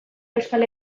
euskal